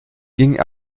ging